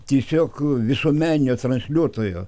tiesiog visuomeninio transliuotojo